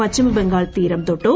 പശ്ചിമ ബംഗാൾ തീരം ്തൊട്ടു